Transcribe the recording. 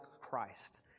Christ